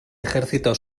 ejército